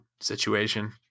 situation